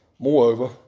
Moreover